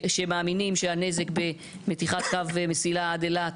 שמאמינים שהנזק במתיחת קו מסילה עד אילת,